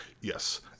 Yes